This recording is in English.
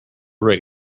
rig